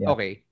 Okay